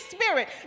spirit